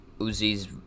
Uzi's